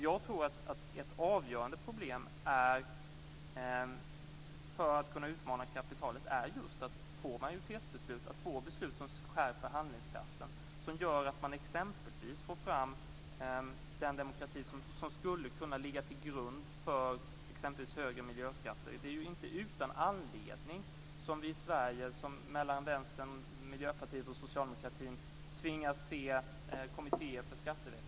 Jag tror att ett avgörande problem för att kunna utmana kapitalet är just att få majoritetsbeslut, att få beslut som skärper handlingskraften och som gör att man exempelvis får fram den demokrati som skulle kunna ligga till grund för t.ex. högre miljöskatter. Det är ju inte utan anledning som vi i Sverige mellan Vänsterpartiet, Miljöpartiet och Socialdemokraterna tvingas se kommittéer för skatteväxling.